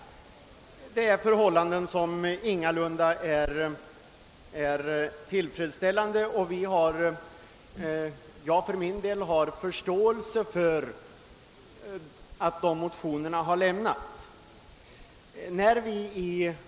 Det förhållandet är ingalunda tillfredsställande, och jag har för min del stor förståelse för de motioner som har avgivits i ärendet.